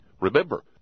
Remember